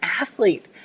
athlete